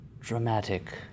dramatic